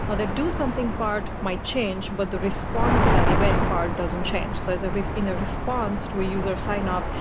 now the do something part might change, but the respond to that event bar doesn't change. so so in a response to user sign-up,